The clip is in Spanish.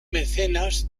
mecenas